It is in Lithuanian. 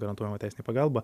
garantuojama teisinė pagalba